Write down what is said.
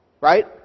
right